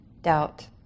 doubt